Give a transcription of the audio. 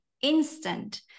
instant